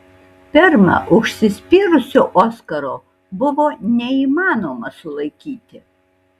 pirma užsispyrusio oskaro buvo neįmanoma sulaikyti